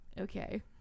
Okay